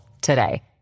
today